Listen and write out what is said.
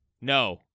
No